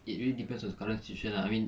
it really depends on current situation ah I mean